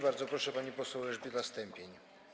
Bardzo proszę, pani poseł Elżbieta Stępień.